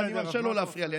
אני מרשה לו להפריע לי,